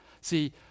See